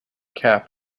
cap